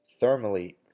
thermally